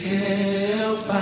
help